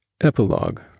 Epilogue